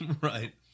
right